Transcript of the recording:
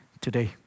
today